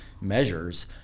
measures